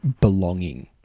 belonging